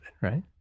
right